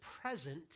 present